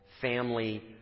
family